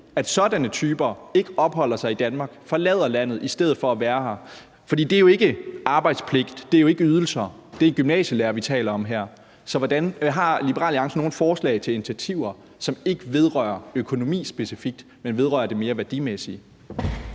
at sådanne typer ikke opholder sig i Danmark, og at de forlader landet i stedet for at være her? For det er jo ikke arbejdspligt, og det er jo ikke ydelser, men en gymnasielærer, vi taler om her. Så har Liberal Alliance nogen forslag til initiativer, som ikke vedrører økonomi specifikt, men vedrører det mere værdimæssige?